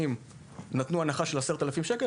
והיבואנים נתנו הנחה של 10,000 ש"ח,